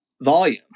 volume